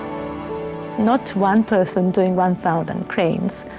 not one person doing one thousand cranes,